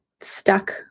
stuck